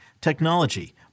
technology